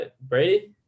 Brady